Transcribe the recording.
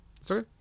Sorry